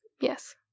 Yes